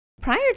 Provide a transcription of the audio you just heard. Prior